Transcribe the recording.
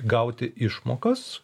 gauti išmokas